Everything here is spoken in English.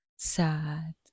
sad